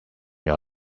your